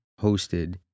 hosted